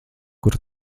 kur